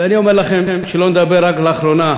ואני אומר לכם, שלא נדבר, רק לאחרונה.